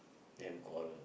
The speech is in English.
then quarrel